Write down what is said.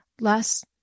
less